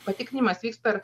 patikrinimas vyks per